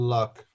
Luck